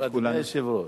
אדוני היושב-ראש,